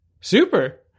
Super